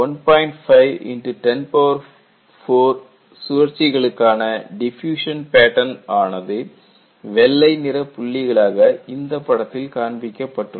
5 X 104 சுழற்சி களுக்கான diffusion pattern ஆனது வெள்ளை நிற புள்ளிகளாக இந்தப்படத்தில் காண்பிக்கப்பட்டுள்ளது